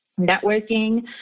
networking